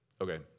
Okay